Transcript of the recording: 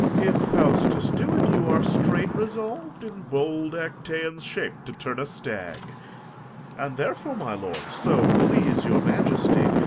if faustus do it, you are straight resolv'd, in bold actaeon's shape, to turn a stag and therefore, my lord, so please your majesty,